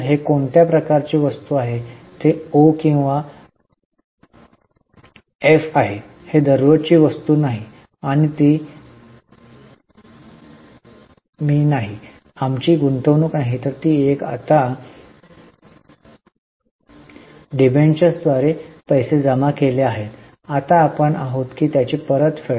तर हे कोणत्या प्रकारची वस्तू आहे ते ओ किंवा मी किंवा एफ आहे हे दररोजची वस्तू नाही आणि ती मी नाही आमची गुंतवणूक नाही ती आपण आता डिबेंचर्सद्वारे पैसे जमा केले होते आता आपण आहोत त्याची परतफेड